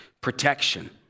protection